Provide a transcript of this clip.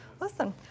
Listen